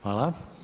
Hvala.